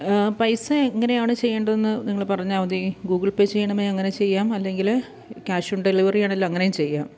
പൈസ എങ്ങനെയാണ് ചെയേണ്ടതെന്ന് നിങ്ങള് പറഞ്ഞാല് മതി ഗൂഗിൾ പേ ചെയ്യണമേ അങ്ങനെ ചെയ്യാം അല്ലെങ്കില് ക്യാഷ് ഓൺ ഡെലിവറി ആണേൽ അങ്ങനേയും ചെയ്യാം